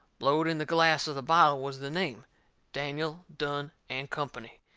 blowed in the glass of the bottle was the name daniel, dunne and company.